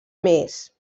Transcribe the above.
més